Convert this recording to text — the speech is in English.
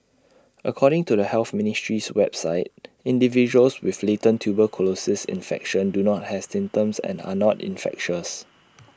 according to the health ministry's website individuals with latent tuberculosis infection do not have symptoms and are not infectious